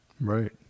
Right